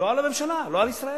לא על הממשלה, לא על ישראל.